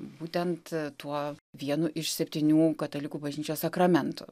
būtent tuo vienu iš septynių katalikų bažnyčios sakramentų